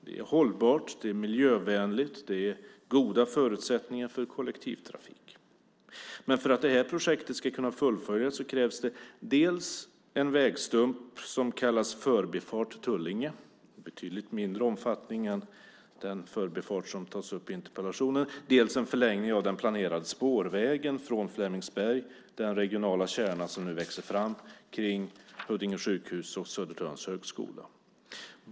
Det är hållbart och miljövänligt, och det finns goda förutsättningar för kollektivtrafik. Men för att projektet ska kunna fullföljas krävs dels en vägstump som kallas Förbifart Tullinge, av betydligt mindre omfattning än den förbifart som tas upp i interpellationen, dels en förlängning av den planerade spårvägen från Flemingsberg, den regionala kärna som nu växer fram kring Huddinge sjukhus och Södertörns högskola.